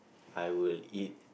I will eat